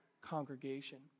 congregation